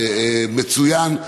מצוין,